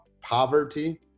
poverty